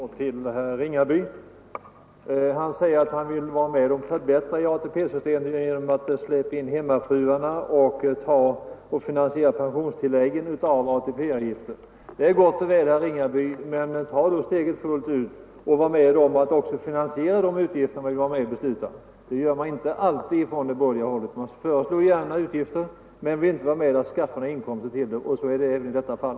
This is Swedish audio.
Fru talman! Bara några få ord till herr Ringaby. Herr Ringaby säger att han vill vara med om att förbättra ATP-systemet genom att ta in hemmafruarna och finansiera pensionstilläggen genom ATP-avgifter. Det är gott och väl, herr Ringaby. Men ta då steget fullt ut och var med om att också finansiera de utgifter som Ni är med och beslutar om. Det gör man inte alltid från det borgerliga hållet. Man föreslår gärna utgifter men vill inte vara med och skaffa några inkomster för att finansiera utgifterna. Så är det även i detta fall.